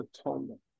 atonement